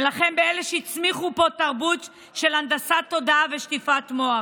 נילחם באלה שהצמיחו פה תרבות של הנדסת תודעה ושטיפת מוח.